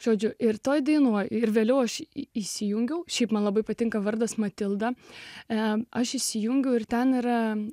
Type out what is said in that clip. žodžiu ir toje dainoje ir vėliau aš įsijungiau šeima labai patinka vardas matilda e aš įsijungiu ir ten yra